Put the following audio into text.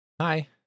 hi